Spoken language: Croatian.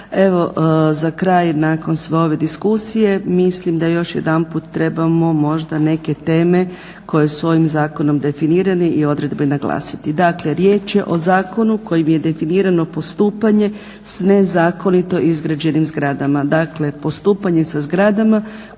Evo za kraj nakon sve ove diskusije mislim da još jedanput trebamo možda neke teme koje su ovim zakonom definirane i odredbe naglasiti. Dakle, riječ je o zakonu kojim je definirano postupanje s nezakonito izgrađenim zgradama.